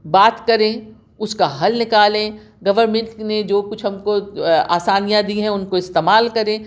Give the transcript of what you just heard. بات کریں اُس کا حل نکالیں گورنمنٹ نے جو کچھ ہم کو آسانیاں دی ہیں اُن کو استعمال کریں